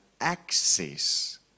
access